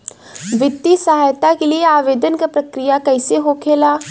वित्तीय सहायता के लिए आवेदन क प्रक्रिया कैसे होखेला?